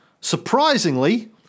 surprisingly